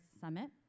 summit